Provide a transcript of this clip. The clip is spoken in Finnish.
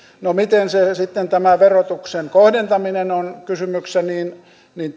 no miten se verotuksen kohdentaminen sitten on kysymyksessä niin niin